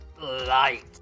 light